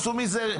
עשו מזה,